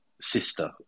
sister